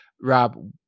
rob